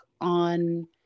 on